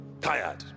tired